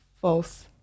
False